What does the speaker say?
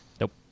Nope